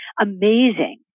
amazing